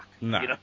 no